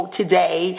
today